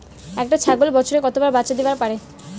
একটা ছাগল বছরে কতবার বাচ্চা দিবার পারে?